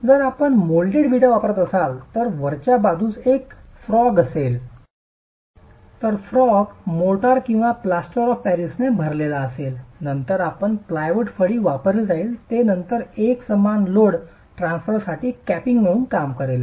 जर आपण मोल्डेड विटा वापरत असाल तर वरच्या बाजूस एक फ्रॉग असेल फ्रॉग मोर्टार किंवा प्लास्टर ऑफ पॅरिसने भरलेला असेल आणि नंतर आपण प्लायवुड फळी वापरली जाईल जे नंतर एकसमान लोड ट्रान्सफरसाठी कॅपिंग म्हणून काम करेल